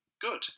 good